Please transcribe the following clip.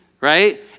right